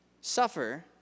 suffer